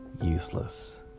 useless